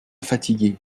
fatiguer